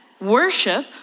worship